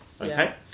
okay